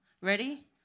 Ready